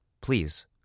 Please